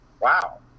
wow